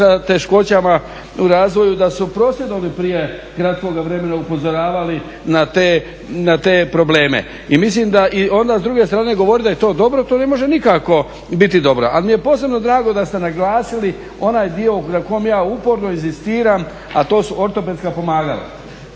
sa teškoćama u razvoju da su prosvjedom i prije kratkoga vremena upozoravali na te probleme. I mislim da i onda s druge strane govoriti da je to dobro, to ne može nikako biti dobro. Ali mi je posebno drago da ste naglasili onaj dio na kojem ja uporno inzistiram a to su ortopedska pomagala.